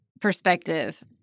perspective